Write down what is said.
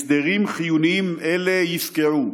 הסדרים חיוניים אלה יפקעו.